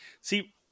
See